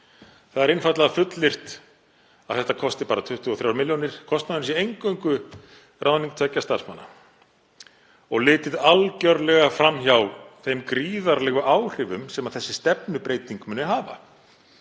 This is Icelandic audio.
Það er einfaldlega fullyrt að þetta kosti bara 23 milljónir, kostnaðurinn sé eingöngu ráðning tveggja starfsmanna og litið algerlega fram hjá þeim gríðarlegu áhrifum sem þessi stefnubreyting muni hafa.